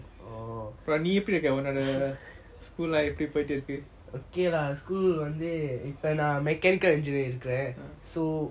அப்புறம் நீ எப்பிடி இருக்க உன்னோட:apram nee epidi iruka unnoda school life எப்பிடி போயிடு இருக்கு:epidi poitu iruku